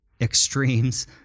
extremes